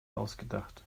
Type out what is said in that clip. ausgedacht